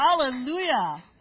Hallelujah